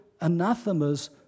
anathemas